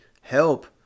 help